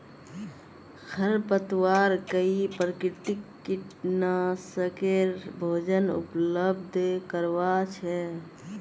खरपतवार कई प्राकृतिक कीटनाशकेर भोजन उपलब्ध करवा छे